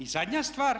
I zadnja stvar.